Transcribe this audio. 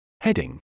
Heading